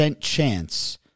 chance